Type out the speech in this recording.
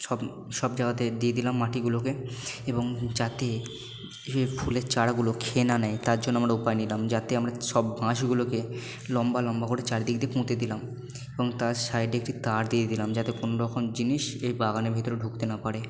সব সব জাগাতে দিয়ে দিলাম মাটিগুলোকে এবং যাতে ফুলের চারাগুলো খেয়ে না নেয় তার জন্য আমরা উপায় নিলাম যাতে আমরা সব বাঁশগুলোকে লম্বা লম্বা করে চারিদিক দিয়ে পুঁতে দিলাম এবং তার সাইডে একটি তার দিয়ে দিলাম যাতে কোনোরকম জিনিস এই বাগানের ভিতরে ঢুকতে না পারে